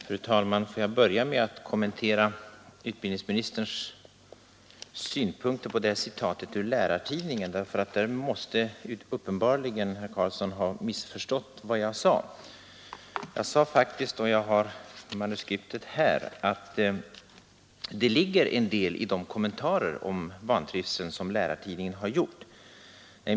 Fru talman! Låt mig börja med att kommentera utbildningsministerns synpunkter på citatet ur Lärartidningen. Där måste herr Carlsson uppenbarligen ha missförstått mig. Jag sade faktiskt enligt manuskriptet att det ligger en del i de kommentarer om vantrivseln som Lärartidningen har gjort.